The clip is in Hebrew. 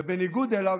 בניגוד אליו,